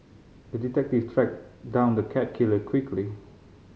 the detective tracked down the cat killer quickly